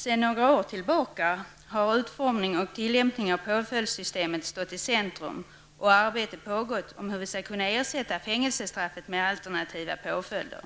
Sedan några år tillbaka har utformningen och tillämpningen av påföljdssystemet stått i centrum och ett arbete pågått om hur vi skall kunna ersätta fängelsestraffet med alternativa påföljder,